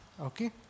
Okay